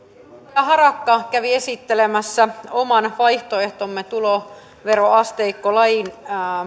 harakka kävi esittelemässä oman vaihtoehtomme tuloveroasteikkolain